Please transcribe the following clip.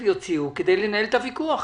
והדבר הזה ייפתר במחוזות המקצועיים.